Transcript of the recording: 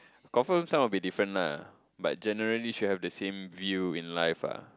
confirm some will be different lah but generally should have the same view in life ah